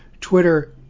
Twitter